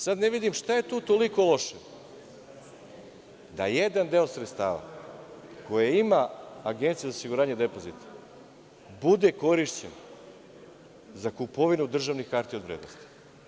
Sada ne vidim šta je tu toliko loše da jedan deo sredstava koje ima Agencija za osiguranje depozita bude korišćen za kupovinu državnih hartija od vrednosti.